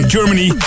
Germany